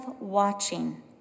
watching